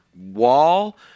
wall